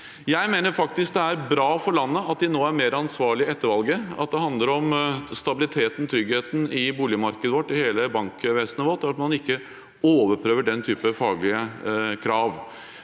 Jeg mener faktisk det er bra for landet at de er mer ansvarlige nå etter valget. Det handler om stabiliteten, tryggheten, i boligmarkedet og i hele bankvesenet vårt, og om at man ikke overprøver den type faglige krav.